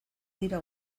dira